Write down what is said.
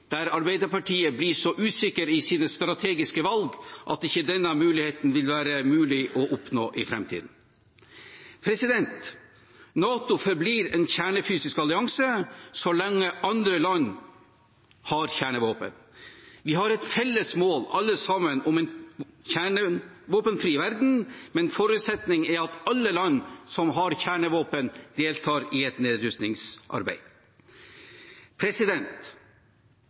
der Arbeiderpartiet blir så usikker i sine strategiske valg at ikke dette vil være mulig å oppnå i framtiden. NATO forblir en kjernefysisk allianse så lenge andre land har kjernevåpen. Vi har et felles mål, alle sammen, om en kjernevåpenfri verden, men forutsetningen er at alle land som har kjernevåpen, deltar i et